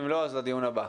אם לא, לדיון הבא.